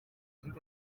turimo